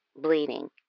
bleeding